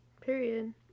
Period